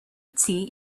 tea